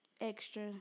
extra